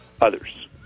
others